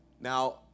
Now